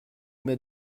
met